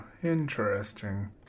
Interesting